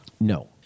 No